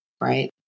Right